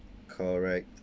correct